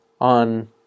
on